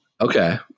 Okay